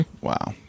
Wow